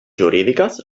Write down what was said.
jurídiques